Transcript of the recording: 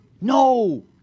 No